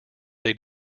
they